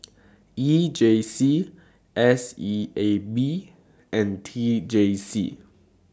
E J C S E A B and T J C